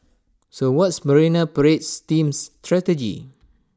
so what's marine parade team's strategy